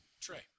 Trey